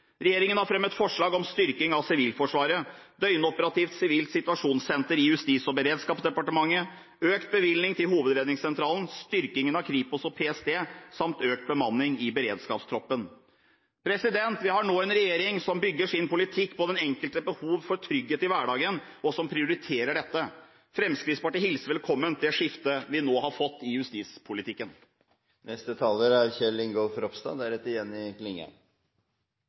Regjeringen har fremmet forslag om styrking av Sivilforsvaret, døgnoperativt sivilt situasjonssenter i Justis- og beredskapsdepartementet, økt bevilgning til Hovedredningssentralen, styrking av Kripos og PST samt økt bemanning i beredskapstroppen. Vi har nå en regjering som bygger sin politikk på den enkeltes behov for trygghet i hverdagen – og som prioriterer dette. Fremskrittspartiet hilser velkommen det skiftet vi nå har fått i